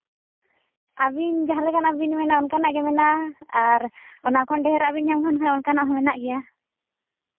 ᱟᱹᱵᱤᱱ ᱡᱟᱦᱟ ᱞᱮᱠᱟᱱᱟᱜ ᱵᱤᱱ ᱢᱮᱱᱟ ᱚᱱᱠᱟᱱᱟᱜ ᱜᱮ ᱢᱮᱱᱟᱜᱼᱟ ᱟᱨ ᱚᱱᱟ ᱠᱷᱚᱱ ᱰᱷᱮᱨᱟᱜ ᱵᱮᱱ ᱧᱟᱢ ᱠᱟᱱ ᱠᱷᱟᱡ ᱚᱱᱠᱟᱱᱟᱜ ᱦᱚᱸ ᱢᱮᱱᱟᱜ ᱜᱮᱭᱟ